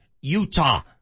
Utah